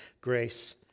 grace